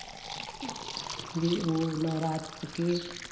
वह नवरात्र के